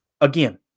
Again